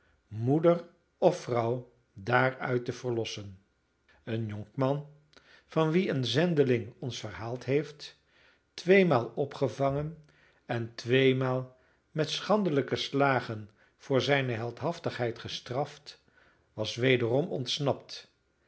moeder of vrouw daaruit te verlossen een jonkman van wien een zendeling ons verhaald heeft tweemaal opgevangen en tweemaal met schandelijke slagen voor zijne heldhaftigheid gestraft was wederom ontsnapt